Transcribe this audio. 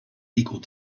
equal